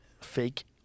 fake